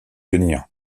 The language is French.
tenir